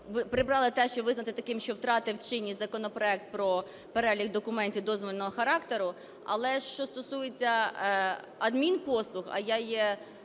прибрали те, що визнати таким, що втратив чинність законопроект про перелік документів дозвільного характеру. Але ж що стосується адмінпослуг, а я є